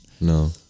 No